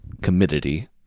committee